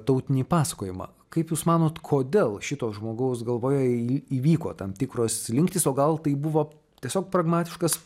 tautinį pasakojimą kaip jūs manot kodėl šito žmogaus galvoje įvyko tam tikros slinktis o gal tai buvo tiesiog pragmatiškas